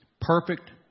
perfect